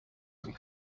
and